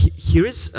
here is